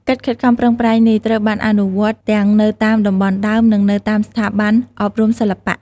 កិច្ចខិតខំប្រឹងប្រែងនេះ ត្រូវបានអនុវត្តទាំងនៅតាមតំបន់ដើម និងនៅតាមស្ថាប័នអប់រំសិល្បៈ។